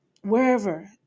wherever